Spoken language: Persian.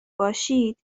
باشید